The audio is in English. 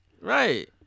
Right